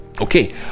okay